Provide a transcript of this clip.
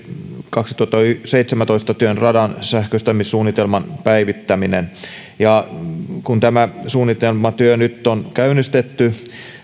kaksituhattaseitsemäntoista työn radan sähköistämissuunnitelman päivittämisestä kun tämä suunnitelmatyö nyt on käynnistetty